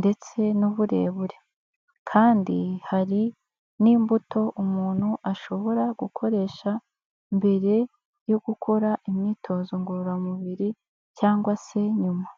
ndetse n'uburebure, kandi hari n'imbuto umuntu ashobora gukoresha mbere yo gukora imyitozo ngororamubiri cyangwa se nyuma.